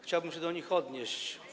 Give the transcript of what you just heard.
Chciałabym się do nich odnieść.